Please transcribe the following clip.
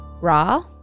raw